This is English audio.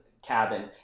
cabin